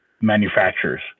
manufacturers